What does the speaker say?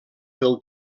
del